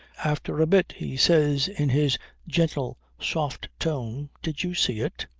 after a bit he says in his gentle soft tone did you see it?